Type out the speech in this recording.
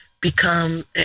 become